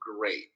great